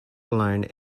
alone